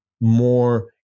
more